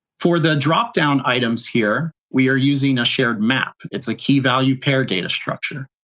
for the drop-down items here, we are using a shared map. it's a key-value pair data structure.